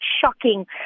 shocking